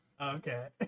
Okay